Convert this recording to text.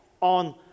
on